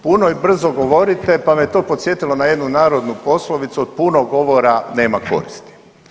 Puno i brzo govorite, pa me to podsjetilo na jednu narodnu poslovicu od puno govora nema koristi.